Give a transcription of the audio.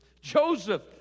Joseph